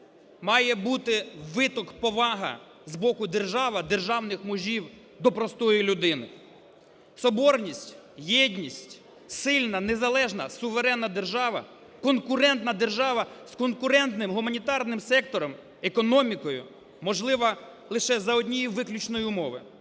має бути виток, повага з боку держави, державних мужів до простої людини. Соборність, єдність, сильна незалежна суверенна держава, конкурентна держава з конкурентним гуманітарним сектором, економікою можлива лише за однієї виключної умови: